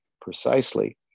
precisely